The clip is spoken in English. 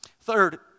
Third